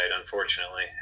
unfortunately